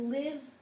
live